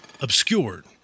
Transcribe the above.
Obscured